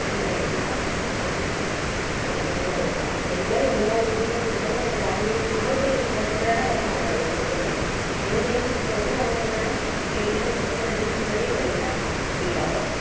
employee അല്ല അ അ എംപ്ലോയീ അല്ല അ എംപ്ലോയീ അല്ലെങ്കിലും നമ്മൾ ഡൌൺ പേയ്മെൻറ്റ് നമ്മൾക്കൊരു വിശ്വാസ്യതയുടെ പുറത്താണല്ലോ ഇത് കൊടുക്കുന്നത് ഇൻകെയ്സ് നമ്മൾ ഒരു തവണ എങ്ങാനും പേയ്മെൻറ്റ് മുടക്കിയാൽ അതിനൊരു ചെറിയ പലിശ ഈടാക്കും